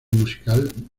musical